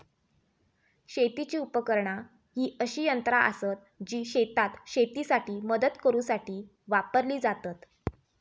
शेतीची उपकरणा ही अशी यंत्रा आसत जी शेतात शेतीसाठी मदत करूसाठी वापरली जातत